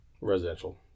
residential